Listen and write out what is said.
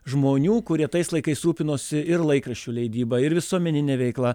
žmonių kurie tais laikais rūpinosi ir laikraščių leidyba ir visuomenine veikla